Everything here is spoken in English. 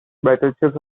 battleships